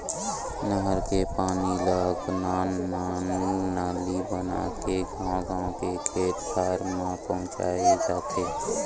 नहर के पानी ल नान नान नाली बनाके गाँव गाँव के खेत खार म पहुंचाए जाथे